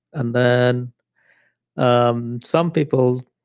and then um some people